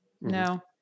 no